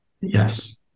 Yes